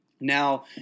Now